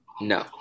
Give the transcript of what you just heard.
No